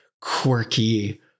quirky